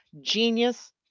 genius